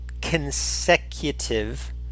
consecutive